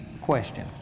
question